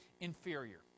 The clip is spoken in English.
inferior